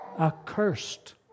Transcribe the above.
accursed